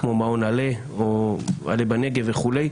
כמו מעון עלה בנגב וכו',